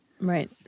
Right